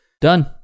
Done